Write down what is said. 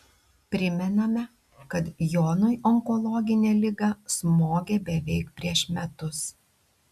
primename kad jonui onkologinė liga smogė beveik prieš metus